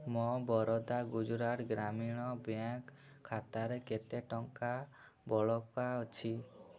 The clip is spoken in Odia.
ମୋ ବରୋଦା ଗୁଜୁରାଟ ଗ୍ରାମୀଣ ବ୍ୟାଙ୍କ୍ ଖାତାରେ କେତେ ଟଙ୍କା ବଳକା ଅଛି